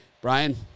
Brian